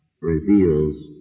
reveals